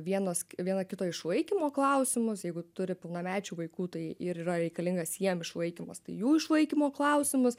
vienas viena kito išlaikymo klausimus jeigu turi pilnamečių vaikų tai ir yra reikalingas jiem išlaikymas jų išlaikymo klausimus